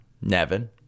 Nevin